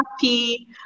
happy